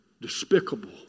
Despicable